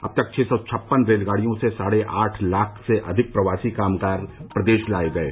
अब तक छः सौ छप्पन रेलगाड़ियों से साढ़े आठ लाख से अधिक प्रवासी कामगार प्रदेश लाये गये